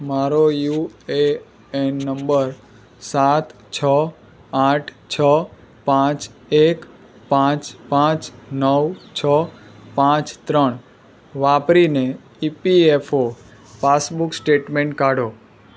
મારો યુએએન નંબર સાત છ આઠ છ પાંચ એક પાંચ પાંચ નવ છ પાંચ ત્રણ વાપરીને ઈપીએફઓ પાસબુક સ્ટેટમેન્ટ કાઢો